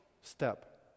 step